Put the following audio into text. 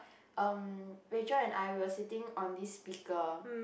um Rachael and I we were sitting on this speaker